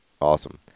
Awesome